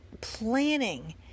planning